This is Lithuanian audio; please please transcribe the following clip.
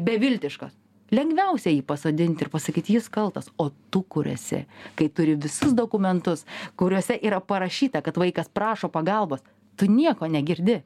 beviltiškas lengviausia jį pasodinti ir pasakyt jis kaltas o tu kur esi kai turi visus dokumentus kuriuose yra parašyta kad vaikas prašo pagalbos tu nieko negirdi